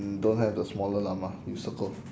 mm don't have the smaller llama you circle